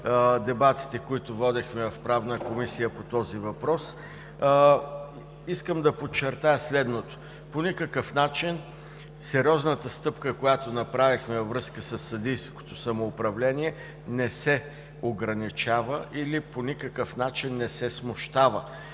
дебатите, които водехме в Правната комисия по този въпрос. Искам да подчертая следното: по никакъв начин сериозната стъпка, която направихме във връзка със съдийското самоуправление, не се ограничава или по никакъв начин не се смущава